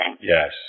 Yes